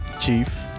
Chief